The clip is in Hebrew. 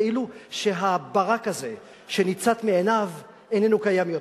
כאילו שהברק הזה שניצת בעיניו איננו קיים יותר.